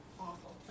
awful